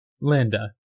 Linda